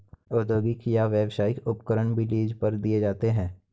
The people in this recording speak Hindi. औद्योगिक या व्यावसायिक उपकरण भी लीज पर दिए जाते है